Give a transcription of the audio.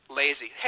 lazy